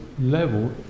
level